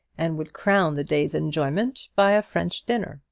and would crown the day's enjoyment by a french dinner.